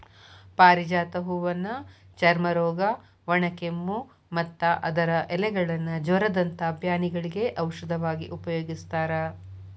ಪಾರಿಜಾತ ಹೂವನ್ನ ಚರ್ಮರೋಗ, ಒಣಕೆಮ್ಮು, ಮತ್ತ ಅದರ ಎಲೆಗಳನ್ನ ಜ್ವರದಂತ ಬ್ಯಾನಿಗಳಿಗೆ ಔಷಧವಾಗಿ ಉಪಯೋಗಸ್ತಾರ